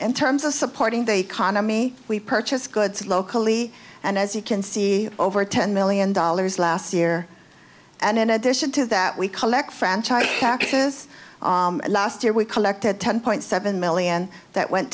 in terms of supporting the economy we purchased goods locally and as you can see over ten million dollars last year and in addition to that we collect franchise taxes last year we collected ten point seven million that went